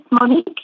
Monique